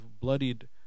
bloodied